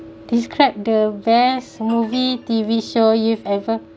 describe the best movie T_V show you've ever